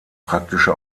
praktische